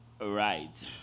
right